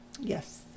yes